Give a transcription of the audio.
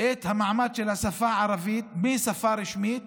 את המעמד של השפה הערבית משפה רשמית